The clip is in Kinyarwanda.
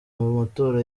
matora